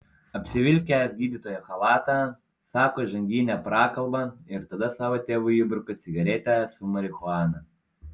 apsivilkęs gydytojo chalatą sako įžanginę prakalbą ir tada savo tėvui įbruka cigaretę su marihuana